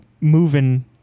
moving